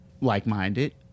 like-minded